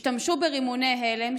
השתמשו ברימוני הלם,